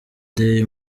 day